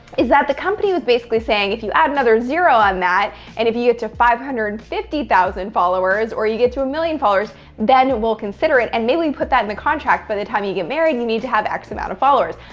is that the company was basically saying if you add another zero on that and if you you get to five hundred and fifty thousand followers or you get to a million followers, then we'll consider it. and maybe we put that in the contract by the time you get married, you need to have x amount of followers.